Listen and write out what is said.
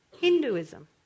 Hinduism